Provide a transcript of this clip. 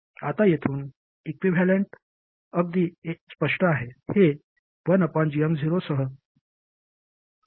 आता येथून इक्विव्हॅलेंट अगदी स्पष्ट आहे हे 1gm0 सह सिरीजमधील RG आहे